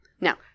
Now